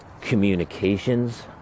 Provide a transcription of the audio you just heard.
communications